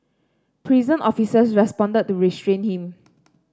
prison officers responded to restrain him